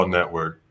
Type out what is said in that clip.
Network